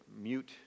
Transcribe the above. mute